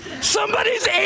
Somebody's